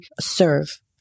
serve